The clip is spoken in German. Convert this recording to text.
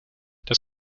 das